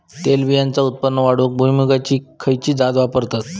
तेलबियांचा उत्पन्न वाढवूक भुईमूगाची खयची जात वापरतत?